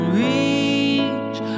reach